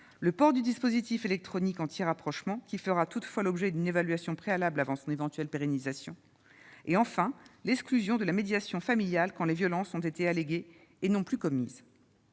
sous dispositif électronique anti-rapprochement, qui fera toutefois l'objet d'une évaluation préalable avant son éventuelle pérennisation, ou de l'exclusion de la médiation familiale quand des violences ont été alléguées, et non plus commises.